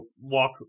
walk